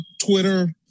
Twitter